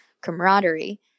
camaraderie